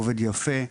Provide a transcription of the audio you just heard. עובד יפה,